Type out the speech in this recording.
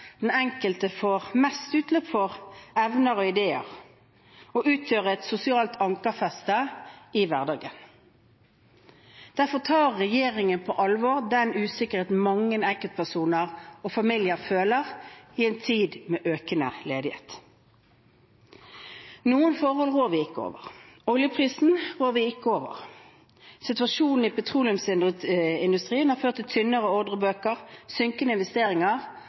den enkelte får mest utløp for evner og ideer, og den utgjør et sosialt ankerfeste i hverdagen. Derfor tar regjeringen på alvor den usikkerheten mange enkeltpersoner og familier føler i en tid med økende ledighet. Noen forhold rår vi ikke over. Oljeprisen rår vi ikke over. Situasjonen i petroleumsindustrien har ført til tynnere ordrebøker, synkende investeringer